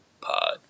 Pod